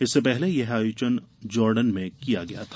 इससे पहले यह आयोजन जॉर्डन में किया गया था